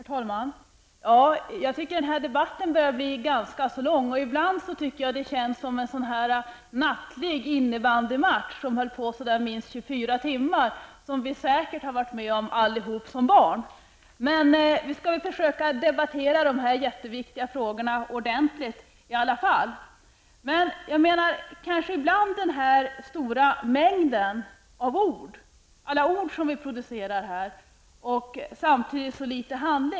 Herr talman! Jag tycker att den här debatten börjar bli ganska lång. Ibland tycker jag att det känns som en nattlig innebandymatch som höll på i minst 24 timmar. Det har vi säkert varit med om allihop som barn. Men vi skall väl försöka debattera dessa viktiga frågor ordentligt i alla fall. Vi producerar en stor mängd ord här och samtidigt så litet handling.